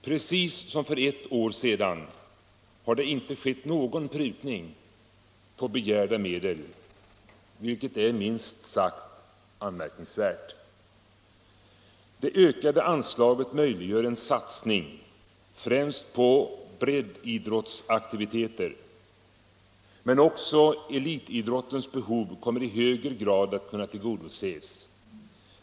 Precis som för ett år sedan har det inte skett någon prutning på begärda medel, vilket är minst sagt anmärkningsvärt. Det ökade anslaget möjliggör en satsning, främst på breddidrottsaktiviteter, men också elitidrottens behov kommer i högre grad att kunna tillgodoses.